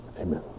Amen